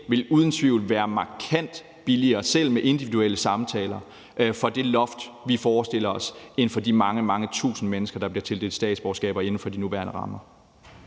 model uden tvivl vil være markant billigere, selv med individuelle samtaler, på grund af det loft, vi forestiller os, end modellen med de mange, mange tusind mennesker, der bliver tildelt statsborgerskaber inden for de nuværende rammer.